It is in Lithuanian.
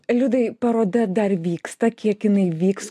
liudai paroda dar vyksta kiek jinai vyks